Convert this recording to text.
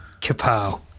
Kapow